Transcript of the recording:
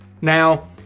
Now